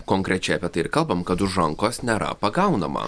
konkrečiai apie tai ir kalbam kad už rankos nėra pagaunama